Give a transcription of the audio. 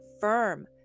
firm